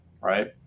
right